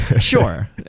Sure